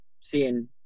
seeing